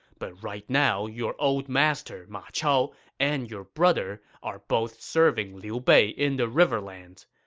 but right now your old master ma chao and your brother are both serving liu bei in the riverlands.